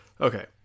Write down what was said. Okay